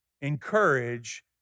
encourage